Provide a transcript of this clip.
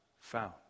found